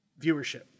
viewership